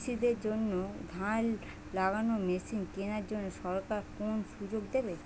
কৃষি দের জন্য ধান লাগানোর মেশিন কেনার জন্য সরকার কোন সুযোগ দেবে?